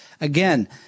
again